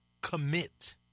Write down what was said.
Commit